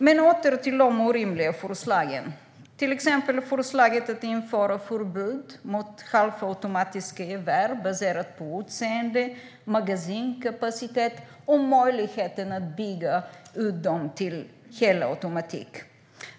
Jag återgår till de orimliga förslagen, till exempel förslaget att införa förbud mot halvautomatiska gevär baserat på utseende, magasinkapacitet och möjligheten att bygga ut dem till helautomatik.